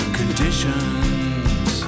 conditions